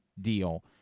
deal